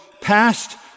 past